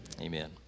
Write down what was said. amen